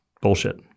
bullshit